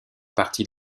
parties